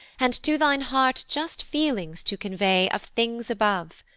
and to thine heart just feelings to convey of things above,